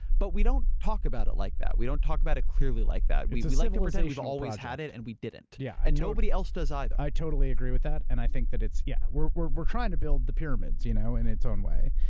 but we don't talk about it like that. we don't talk about clearly like that. we like to pretend we've always had it and we didn't. yeah and nobody else does either. i totally agree with that, and i think that it's. yeah. we're we're trying to build the pyramids, you know in its own way,